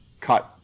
cut